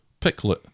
Picklet